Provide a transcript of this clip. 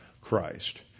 Christ